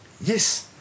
yes